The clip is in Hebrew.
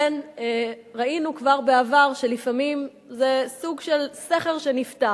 ראינו כבר בעבר שלפעמים זה סוג של סכר שנפתח.